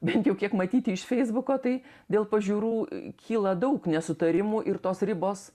bent jau kiek matyti iš feisbuko tai dėl pažiūrų kyla daug nesutarimų ir tos ribos